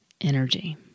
energy